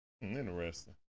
Interesting